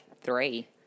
three